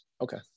Okay